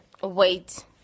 Wait